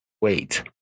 wait